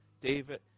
David